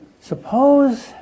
Suppose